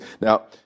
Now